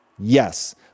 Yes